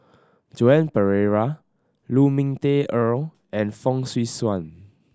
Joan Pereira Lu Ming Teh Earl and Fong Swee Suan